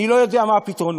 אני לא יודע מה הפתרונות,